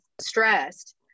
stressed